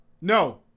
No